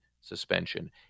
suspension